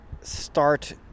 start